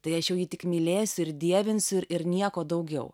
tai aš jau jį tik mylėsiu ir dievinsiu ir nieko daugiau